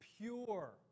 pure